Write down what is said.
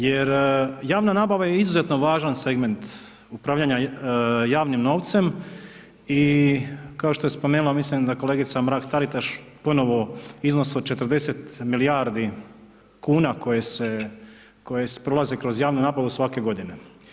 Jer javna nabava je izuzetno važan segment upravljanja javnim novcem i kao što je spomenula, mislim da kolegica Mrak-Taritaš ponovo iznos od 40 milijardi kuna koje se, koje prolaze kroz javnu nabavu svake godine.